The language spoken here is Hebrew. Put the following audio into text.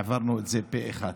העברנו את זה פה אחד.